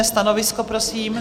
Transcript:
Stanovisko, prosím?